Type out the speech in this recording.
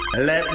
let